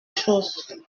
choses